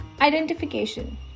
identification